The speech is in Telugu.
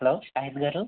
హలో షాహిద్ గారు